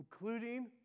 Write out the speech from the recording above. including